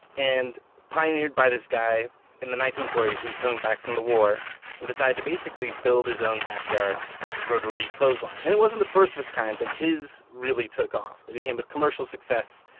and pioneered by this guy in the nineteen forty s who was coming back from the war and decided to, basically, build his own backyard rotary clothesline. and it wasn't the first of it's kind, but his really took off. it became a commercial success,